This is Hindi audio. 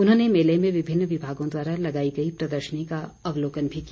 उन्होंने मेले में विभिन्न विभागों द्वारा लगाई गई प्रदर्शनी का अवलोकन भी किया